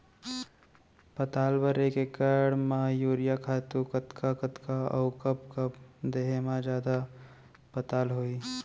पताल बर एक एकड़ म यूरिया खातू कतका कतका अऊ कब कब देहे म जादा पताल होही?